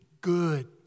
good